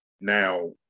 now